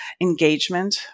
engagement